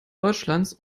deutschlands